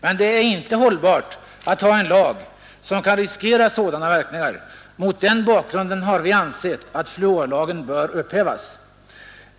Men det är inte hållbart att ha en lag som gör att man kan riskera sådana verkningar. Mot den bakgrunden har vi ansett att fluorlagen bör upphävas.